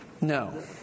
No